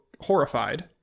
horrified